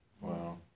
Wow